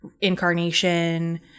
incarnation